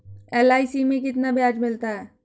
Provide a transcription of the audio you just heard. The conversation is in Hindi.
एल.आई.सी में कितना ब्याज मिलता है?